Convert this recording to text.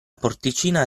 porticina